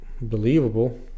believable